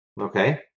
Okay